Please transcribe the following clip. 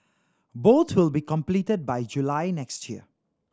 both will be completed by July next year